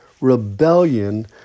rebellion